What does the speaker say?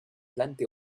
plenty